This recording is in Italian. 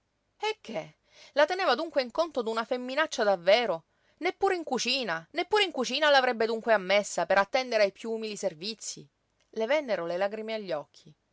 eh che la teneva dunque in conto d'una femminaccia davvero neppure in cucina neppure in cucina la avrebbe dunque ammessa per attendere ai piú umili servizii le vennero le lagrime agli occhi